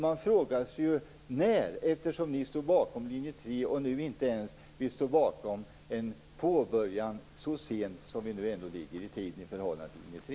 Man frågar sig när det skall ske, eftersom ni, som ju stod bakom linje 3, nu inte ens vill stå bakom en påbörjad avveckling så sent i tiden som vi ändå befinner oss i förhållande till linje 3.